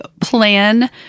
plan